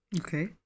Okay